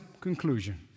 conclusion